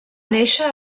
néixer